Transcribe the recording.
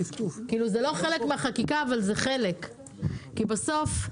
זה לא חלק מהחקיקה אבל זה חלק כי בסוף,